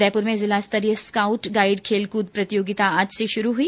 उदयपुर में जिला स्तरीय स्काउट गाइड खेलकूद प्रतियोगिता आज से शुरू हुई